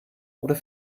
oder